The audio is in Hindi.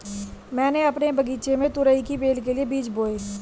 मैंने अपने बगीचे में तुरई की बेल के लिए बीज बोए